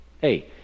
hey